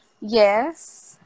yes